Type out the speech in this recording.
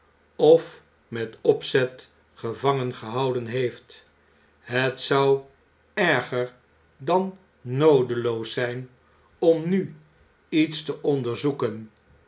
of met opzet gevangen gehouden heeft het zou erger dan noodeloos zijn om nu iets te onderzoeken